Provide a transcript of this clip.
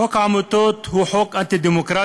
חוק העמותות הוא חוק אנטי-דמוקרטי,